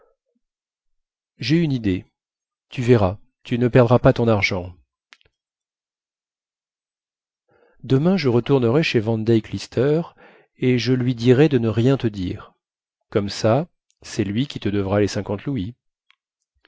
jai une idée tu verras tu ne perdras pas ton argent demain je retournerai chez van deyck lister et je lui dirai de ne rien te dire comme ça cest lui qui te devra les cinquante louis